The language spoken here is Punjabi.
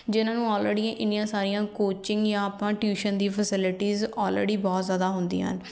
ਜਿਹਨਾਂ ਨੂੰ ਆਲਰੇਡੀ ਇੰਨੀਆਂ ਸਾਰੀਆਂ ਕੋਚਿੰਗ ਜਾਂ ਆਪਾਂ ਟਿਊਸ਼ਨ ਦੀ ਫੈਸਿਲਿਟੀਜ਼ ਆਲਰੇਡੀ ਬਹੁਤ ਜ਼ਿਆਦਾ ਹੁੰਦੀਆਂ ਹਨ